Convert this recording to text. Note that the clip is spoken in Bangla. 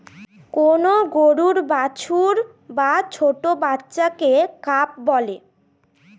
কোন গরুর বাছুর বা ছোট্ট বাচ্চাকে কাফ বলে